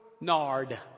nard